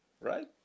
Right